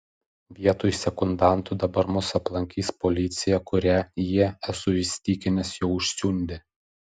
vietoj sekundantų dabar mus aplankys policija kurią jie esu įsitikinęs jau užsiundė